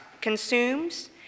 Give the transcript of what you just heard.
consumes